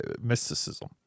mysticism